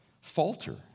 falter